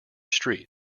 street